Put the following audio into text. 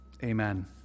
Amen